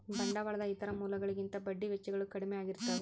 ಬಂಡವಾಳದ ಇತರ ಮೂಲಗಳಿಗಿಂತ ಬಡ್ಡಿ ವೆಚ್ಚಗಳು ಕಡ್ಮೆ ಆಗಿರ್ತವ